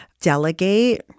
delegate